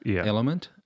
element